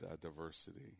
diversity